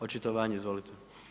Očitovanje, izvolite.